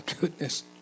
goodness